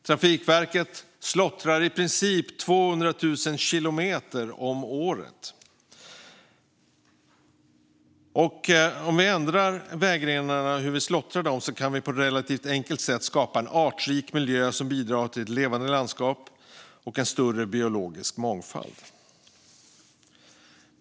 Trafikverket slåttrar i princip 200 000 kilometer om året, och om vi ändrar hur vi slåttrar vägrenarna kan vi på ett relativt enkelt sätt skapa en artrik miljö som bidrar till ett levande landskap och en större biologisk mångfald.